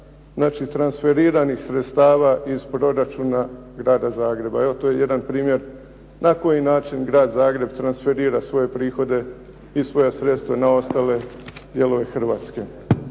znači transferiranih sredstava iz proračuna Grada Zagreba. Evo, to je jedan primjer na koji način Grad Zagreb transferira svoje prihode i svoja sredstva na ostale dijelove Hrvatske.